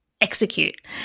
Execute